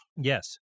Yes